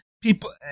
people